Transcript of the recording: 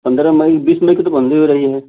पंद्रह मई बीस मई को तो बंद ही हो रही है